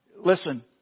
Listen